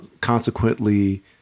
Consequently